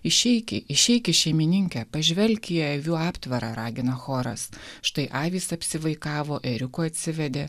išeiki išeiki šeimininke pažvelk į avių aptvarą ragina choras štai avys apsivaikavo ėriukių atsivedė